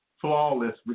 flawless